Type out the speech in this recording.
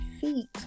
feet